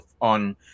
on